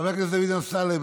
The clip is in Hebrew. חבר הכנסת דוד אמסלם,